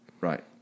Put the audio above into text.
Right